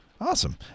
Awesome